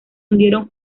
hundieron